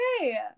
okay